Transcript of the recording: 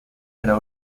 era